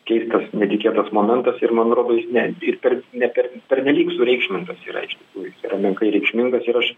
keistas netikėtas momentas ir man rodo jis ne ir per ne per pernelyg sureikšmintas yra iš tikrųjų jis yra menkai reikšmingas ir aš